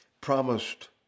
promised